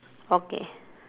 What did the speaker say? okay